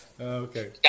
Okay